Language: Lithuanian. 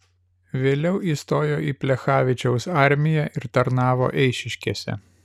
vėliau įstojo į plechavičiaus armiją ir tarnavo eišiškėse